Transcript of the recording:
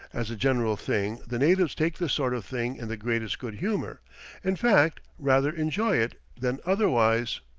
as a general thing the natives take this sort of thing in the greatest good humor in fact, rather enjoy it than otherwise.